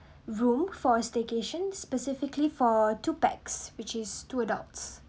room for staycation specifically for two pax which is two adults